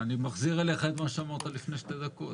אני מחזיר אליך את מה שאמרת לפני שתי דקות.